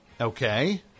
Okay